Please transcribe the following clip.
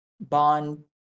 bond